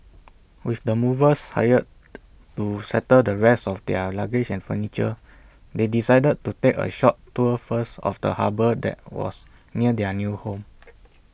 with the movers hired to settle the rest of their luggage and furniture they decided to take A short tour first of the harbour that was near their new home